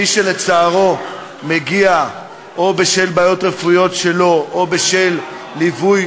מי שלצערו מגיע בשל בעיות רפואיות שלו או בשל ליווי